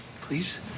Please